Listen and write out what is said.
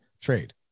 trade